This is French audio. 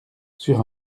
sur